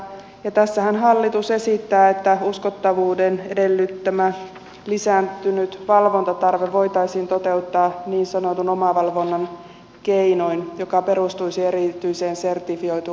tässähän hallitus esittää että uskottavuuden edellyttämä lisääntynyt valvontatarve voitaisiin toteuttaa niin sanotun omavalvonnan keinoin joka perustuisi erityiseen sertifioituun laatujärjestelmään